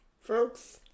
Folks